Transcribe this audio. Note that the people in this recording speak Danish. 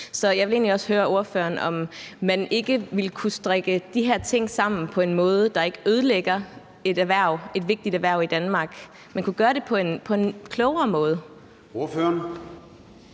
Så jeg vil egentlig høre ordføreren, om man ikke ville kunne strikke de her ting sammen på en måde, der ikke ødelægger et vigtigt erhverv i Danmark, altså om man kunne gøre det på en klogere måde.